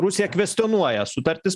rusija kvestionuoja sutartis